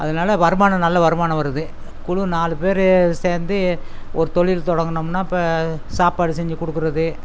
அதனால வருமானம் நல்ல வருமானம் வருது குழு நாலு பேர் சேர்ந்து ஒரு தொழில் தொடங்கினோம்னா இப்போ சாப்பாடு செஞ்சு கொடுக்குறது